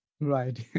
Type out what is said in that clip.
Right